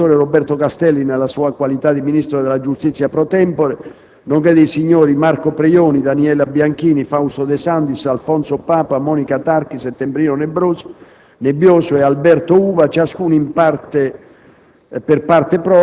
nei confronti del senatore Roberto Castelli, nella sua qualità di ministro della giustizia *pro tempore*, nonché dei signori Marco Preioni, Daniela Bianchini, Fausto De Santis, Alfonso Papa, Monica Tarchi, Settembrino Nebbioso e Alberto Uva, ciascuno *in parte